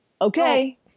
okay